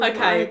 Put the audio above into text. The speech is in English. Okay